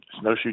snowshoe